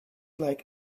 like